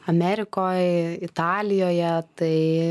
amerikoj italijoje tai